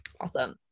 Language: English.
Awesome